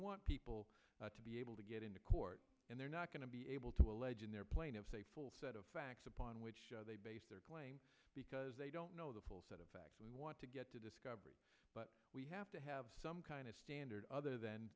want people to be able to get into court and they're not going to be able to allege in their plaintiffs a full set of facts upon which they base their claim because they don't know the full set of facts we want to get to discovery but we have to have some kind of standard other than